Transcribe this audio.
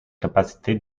capacité